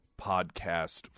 podcast